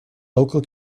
local